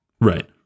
right